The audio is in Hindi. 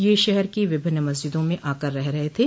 यह शहर की विभिन्न मस्जिदों में आकर रह रहे थे